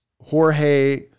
Jorge